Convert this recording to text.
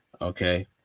okay